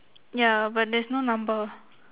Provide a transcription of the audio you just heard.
ya but there's no number